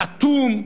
אטום?